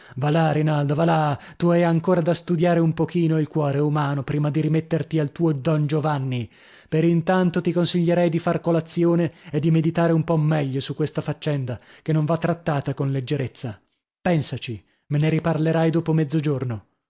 va là rinaldo va là tu hai ancora da studiare un pochino il cuore umano prima di rimetterti al tuo don giovanni per intanto ti consiglierei di far colazione e di meditare un po meglio su questa faccenda che non va trattata con leggerezza pensaci me ne riparlerai dopo mezzogiorno